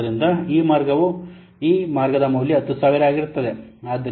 ಆದ್ದರಿಂದ ಈ ಮಾರ್ಗವು ಈಗ ಈ ಮಾರ್ಗದ ಮೌಲ್ಯ 10000 ಆಗುತ್ತದೆ